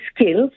skills